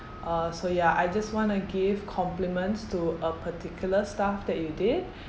uh so ya I just want to give compliments to a particular staff that you did